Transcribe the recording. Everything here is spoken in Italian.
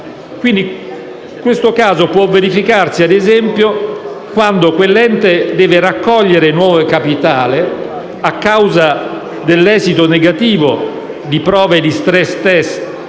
patrimoniali. Ciò può verificarsi, ad esempio, quando un ente deve raccogliere nuovo capitale a causa dell'esito negativo di prove di stress test